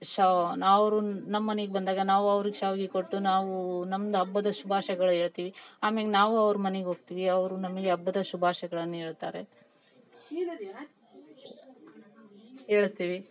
ಷಾ ನಾವು ನಮ್ಮನೆಗ್ ಬಂದಾಗ ನಾವು ಅವ್ರಿಗೆ ಶಾವಿಗೆ ಕೊಟ್ಟು ನಾವು ನಮ್ದು ಹಬ್ಬದ ಶುಭಾಶಯಗಳು ಹೇಳ್ತಿವಿ ಆಮ್ಯಾಗೆ ನಾವು ಅವ್ರ ಮನೆಗ್ ಹೋಗ್ತಿವಿ ಅವರು ನಮಗೆ ಹಬ್ಬದ ಶುಭಾಶಯಗಳನ್ ಹೇಳ್ತಾರೆ ಹೇಳ್ತಿವಿ